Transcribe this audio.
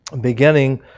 beginning